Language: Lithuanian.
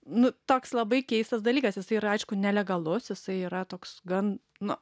nu toks labai keistas dalykas jisai yra aišku nelegalus jisai yra toks gan nu